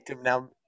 Now